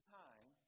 time